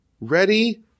ready